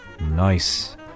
nice